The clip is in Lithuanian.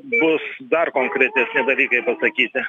bus dar konkretesni dalykai pasakyti